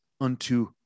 unto